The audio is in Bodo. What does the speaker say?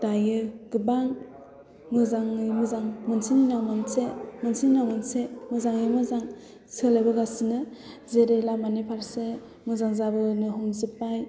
दायो गोबां मोजां मोजां मोनसेनि उनाव मोनसे मोनसेनि उनाव मोनसे मोजाङै मोजां सोलायबोगासिनो जेरै लामानि फारसे मोजां जाबोनो हमजोब्बाय